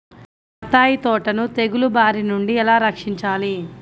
బత్తాయి తోటను తెగులు బారి నుండి ఎలా రక్షించాలి?